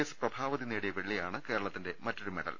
S Prabhavathi നേടിയ വെള്ളിയാണ് കേരളത്തിന്റെ മറ്റൊരു മെഡൽ